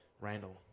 Randall